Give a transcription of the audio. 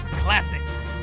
classics